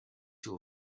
your